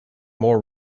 more